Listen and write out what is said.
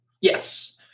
Yes